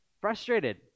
Frustrated